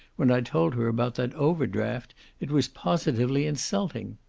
when i told her about that over-draft it was positively insulting!